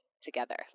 together